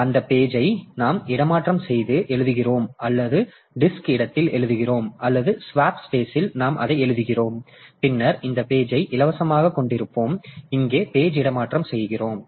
மேலும் அந்தப் பேஜ் ஐ நாம் இடமாற்றம் செய்து எழுதுகிறோம் அல்லது டிஸ்க் இடத்தில் எழுதுகிறோம் அல்லது ஸ்வாப் ஸ்பேஸில் நாம் அதை எழுதுகிறோம் பின்னர் இந்த பேஜ் ஐ இலவசமாகக் கொண்டிருப்போம் இங்கே பேஜ் இடமாற்றம் செய்கிறோம்